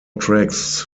tracks